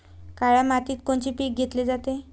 काळ्या मातीत कोनचे पिकं घेतले जाते?